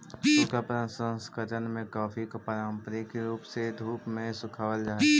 सूखा प्रसंकरण में कॉफी को पारंपरिक रूप से धूप में सुखावाल जा हई